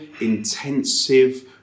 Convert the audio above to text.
intensive